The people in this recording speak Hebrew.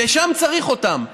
ששם צריך אותם,